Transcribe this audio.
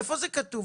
איפה זה כתוב?